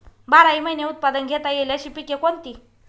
बाराही महिने उत्पादन घेता येईल अशी पिके कोणती?